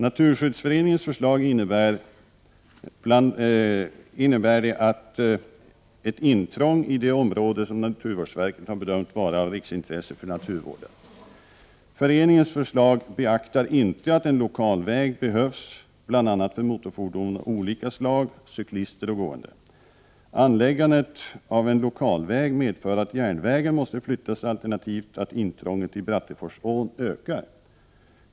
Naturskyddsföreningens förslag innebär också ett intrång i det område som naturvårdsverket har bedömt vara av riksintresse för naturvården. Föreningens förslag beaktar inte att en lokalväg behövs bl.a. för motorfordon av olika slag, cyklister och gående. Anläggandet av en lokalväg medför att järnvägen måste flyttas, alternativt att intrånget i Bratteforsån ökar.